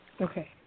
Okay